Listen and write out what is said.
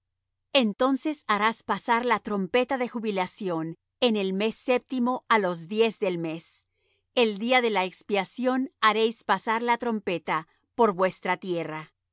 entonces harás pasar la trompeta de jubilación en el mes séptimo á los diez del mes el día de la expiación haréis pasar la trompeta por toda vuestra tierra